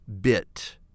bit